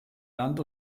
land